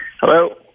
Hello